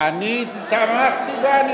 שאתה תמכת ונימקת.